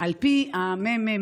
על פי הממ"מ,